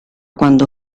quando